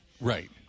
Right